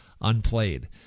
unplayed